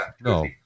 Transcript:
no